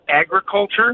agriculture